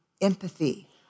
empathy